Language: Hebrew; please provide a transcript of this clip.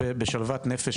אפשר לדעת מה נשתנה מהבחינה